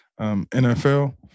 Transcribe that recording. NFL